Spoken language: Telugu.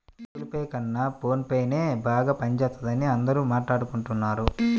గుగుల్ పే కన్నా ఫోన్ పేనే బాగా పనిజేత్తందని అందరూ మాట్టాడుకుంటన్నారు